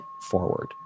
forward